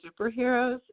superheroes